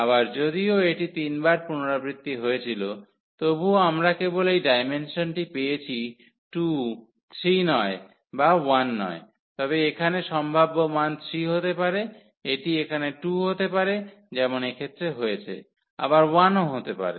আবার যদিও এটি 3 বার পুনরাবৃত্তি হয়েছিল তবুও আমরা কেবল এই ডায়মেনশনটি পেয়েছি 2 3 নয় বা 1 নয় তবে এখানে সম্ভাব্য মান 3 হতে পারে এটি এখানে 2 হতে পারে যেমন এক্ষেত্রে হয়েছে আবার 1 ও হতে পারে